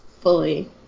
fully